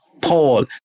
Paul